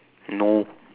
no